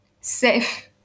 Safe